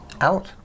out